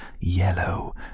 yellow